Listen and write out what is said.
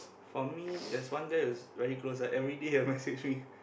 for me there's one guy who's very close right everyday will message me